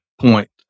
point